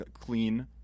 clean